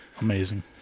Amazing